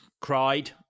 Cried